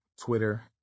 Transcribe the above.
Twitter